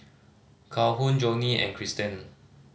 Calhoun Joni and Kristen